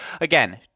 Again